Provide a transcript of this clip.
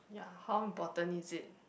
ya how important is it